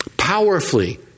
powerfully